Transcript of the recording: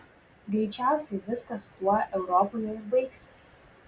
greičiausiai viskas tuo europoje ir baigsis